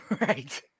right